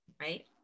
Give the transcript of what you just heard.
right